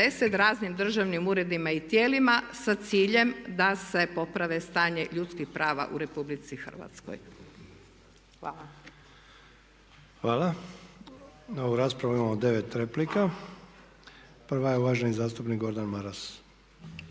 raznim državnim uredima i tijelima sa ciljem da se poprave stanje ljudskih prava u RH. Hvala. **Sanader, Ante (HDZ)** Hvala. Na ovu raspravu imamo 9 replika. Prva je uvaženi zastupnik Gordan Maras.